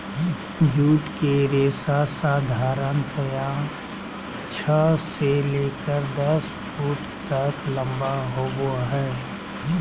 jute के रेशा साधारणतया छह से लेकर दस फुट तक लम्बा होबो हइ